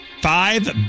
five